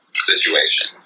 situation